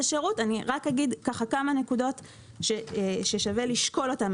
רק אגיד כמה נקודות ששווה לשקול אותן.